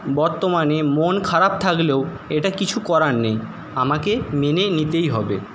বর্তমানে মন খারাপ থাকলেও এটা কিছু করার নেই আমাকে মেনে নিতেই হবে